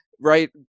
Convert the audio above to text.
right